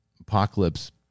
Apocalypse